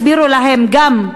הסבירו להם גם,